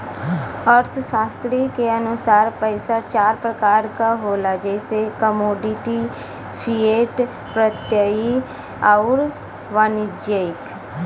अर्थशास्त्री के अनुसार पइसा चार प्रकार क होला जइसे कमोडिटी, फिएट, प्रत्ययी आउर वाणिज्यिक